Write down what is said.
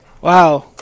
Wow